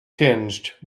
tinged